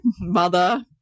mother